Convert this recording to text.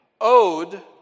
Owed